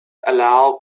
allow